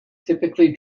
typically